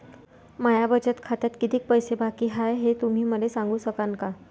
माया बचत खात्यात कितीक पैसे बाकी हाय, हे तुम्ही मले सांगू सकानं का?